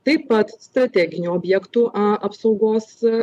taip pat strateginių objektų apsaugos